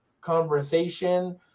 conversation